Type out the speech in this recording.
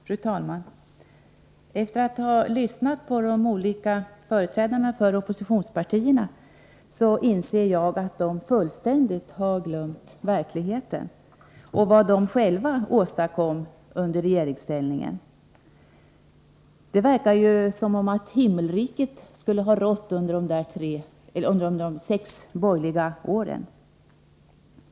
Fru talman! Efter att ha lyssnat till de olika företrädarna för oppositionspartierna inser jag att de fullständigt glömt verkligheten och vad de själva åstadkom i regeringsställning. Det verkar som om himmelriket skulle ha rått under de sex borgerliga åren.